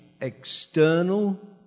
external